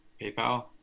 PayPal